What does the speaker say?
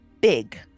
big